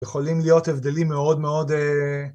יכולים להיות הבדלים מאוד מאוד